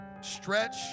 stretch